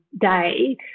day